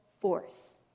force